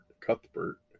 Cuthbert